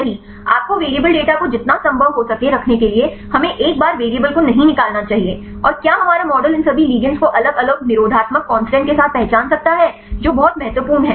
सही आपको variable data को जितना संभव हो सके रखने के लिए हमें एक बार वैरिएबल को नहीं निकालना चाहिए और क्या हमारा मॉडल इन सभी लिगैंड को अलग अलग निरोधात्मक कांस्टेंट के साथ पहचान सकता है जो बहुत महत्वपूर्ण है